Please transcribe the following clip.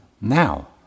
now